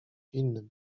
innym